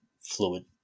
fluid